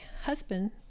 husband